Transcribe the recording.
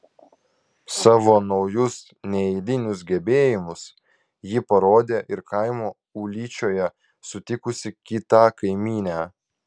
savo naujus neeilinius gebėjimus ji parodė ir kaimo ūlyčioje sutikusi kitą kaimynę